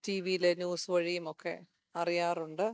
tea വിയിലെ news വഴിയും ഒക്കെ അറിയാറുണ്ട്